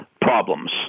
problems